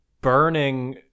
burning